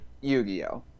Yu-Gi-Oh